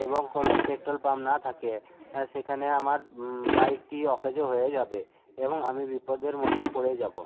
এবং কোনো petrol pump না থাকে সেখানে আমার বাইকটি অকেজো হয়ে যাবে এবং আমি বিপদের মধ্যে পড়ে যাব